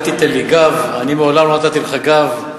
אל תיתן לי גב, אני מעולם לא נתתי לך גב.